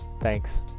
Thanks